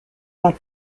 not